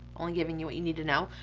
only giving you what you need to know.